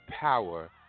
power